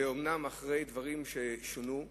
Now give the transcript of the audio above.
אומנם אחרי ששונו דברים,